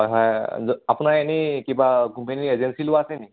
হয় হয় আপোনাৰ এনেই কিবা কোম্পেনীৰ এজেঞ্চি লোৱা আছে নেকি